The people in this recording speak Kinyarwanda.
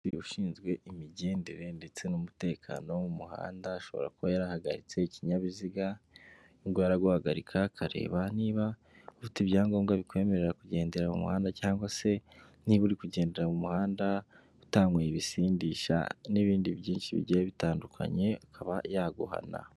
Ushinzwe imigendere ndetse n'umutekano wo mu muhanda, ashobora kuba yarahagaritse ikinyabiziga, uyu nguyu araguhagarika, akareba niba ufite ibyangombwa bikwemerera kugendera mu muhanda cyangwa se niba uri kugendera mu muhanda utankweye ibisindisha n'ibindi byinshi bigiye bitandukanye, akaba yaguhana.